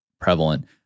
prevalent